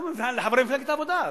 לא מפריע לחברי מפלגת העבודה,